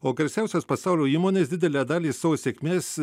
o garsiausios pasaulio įmonės didelę dalį savo sėkmės